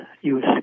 use